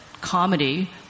comedy